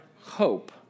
hope